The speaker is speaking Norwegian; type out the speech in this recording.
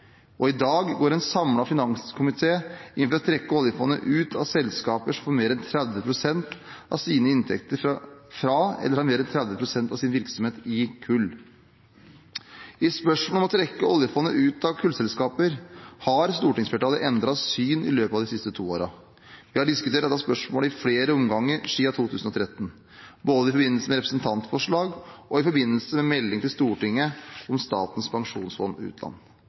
og i dag går en samlet finanskomité inn for å trekke oljefondet ut av selskaper som får mer enn 30 pst. av sine inntekter fra kull, eller har mer enn 30 pst. av sin virksomhet i kull. I spørsmålet om å trekke oljefondet ut av kullselskaper har stortingsflertallet endret syn i løpet av de siste to årene. Vi har diskutert dette spørsmålet i flere omganger siden 2013, både i forbindelse med representantforslag og i forbindelse med melding til Stortinget om Statens pensjonsfond utland.